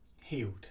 healed